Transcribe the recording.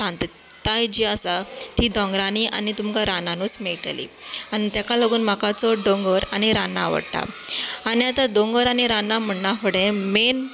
शांतताय जी आसा ती दोंगरानी आनी तुमकां रानानूच मेळटली आनी तेका लागून म्हाका चड दोंगोर आनी रानां आवडटात आनी आतां दोंगोर आनी रानां म्हणना फुडें मेन